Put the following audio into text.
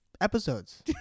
episodes